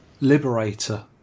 Liberator